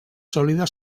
sòlida